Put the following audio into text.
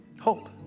hope